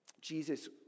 Jesus